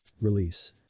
release